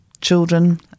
children